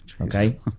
Okay